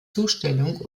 zustellung